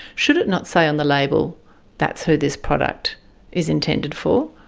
should it not say on the label that's who this product is intended for?